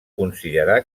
considerar